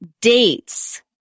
dates